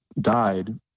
died